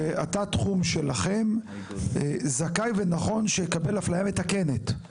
שאתה בתחום שלכם זכאי ונכון שיקבל אפליה מתקנת,